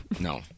No